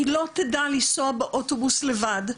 היא לא תדע לנסוע באוטובוס לבד,